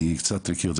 אני קצת מכיר את זה.